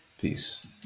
Peace